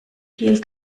viel